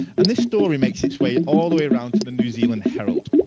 and this story makes its way all the way around to the new zealand herald.